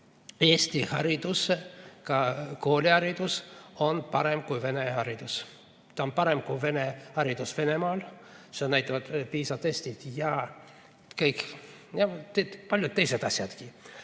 eesti haridus, ka kooliharidus on parem kui vene haridus. See on parem kui vene haridus Venemaal, seda näitavad PISA testid ja paljud teisedki asjad.